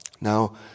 now